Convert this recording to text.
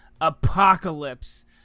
Apocalypse